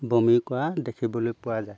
বমি কৰা দেখিবলৈ পোৱা যায়